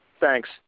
Thanks